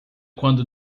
quando